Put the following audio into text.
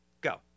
Go